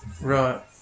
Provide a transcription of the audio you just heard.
Right